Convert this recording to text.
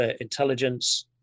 intelligence